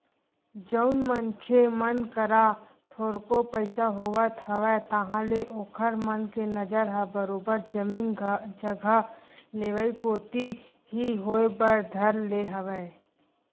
जउन मनखे मन करा थोरको पइसा होवत हवय ताहले ओखर मन के नजर ह बरोबर जमीन जघा लेवई कोती ही होय बर धर ले हवय